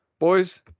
Boys